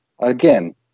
Again